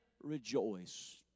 rejoice